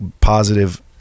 positive